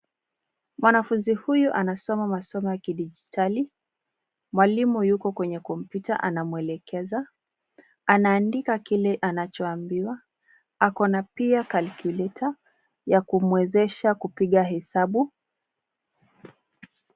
Mwanafunzi huyu anasoma masomo ya kidijitali. Mwalimu yuko kwenye kompyuta anamuelekeza. Anaandika kile anachoambiwa. Ana pia calculator ya kumwezesha kupiga hesabu.